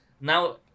now